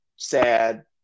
sad